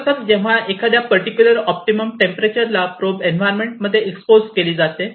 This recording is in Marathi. सर्वप्रथम जेव्हा एखाद्या पर्टीक्युलर ऑप्टिमम टेंपरेचर ला प्रोब एन्व्हायरमेंट मध्ये एक्सपोज केली जाते